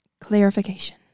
clarification